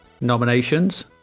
nominations